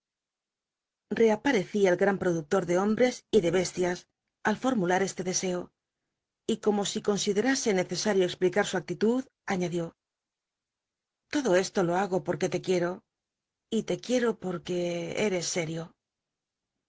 reaparecía el gran productor de hombres y de bestias al formular este deseo y como si considerase necesario explicar su actitud añadió todo esto lo hago porque te quiero y te quiero porque eres serio